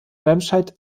remscheid